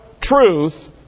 truth